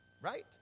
Right